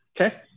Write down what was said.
Okay